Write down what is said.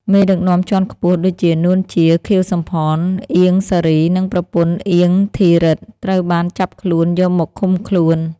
មេដឹកនាំជាន់ខ្ពស់ដូចជា នួន ជា, ខៀវ សំផន, អៀង សារី និងប្រពន្ធ អៀង ធីរិទ្ធ ត្រូវបានចាប់ខ្លួនយកមកឃុំខ្លួន។